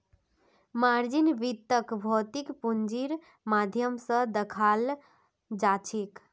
margin वित्तक भौतिक पूंजीर माध्यम स दखाल जाछेक